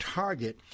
target